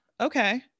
Okay